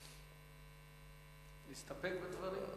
נסתפק בדברים?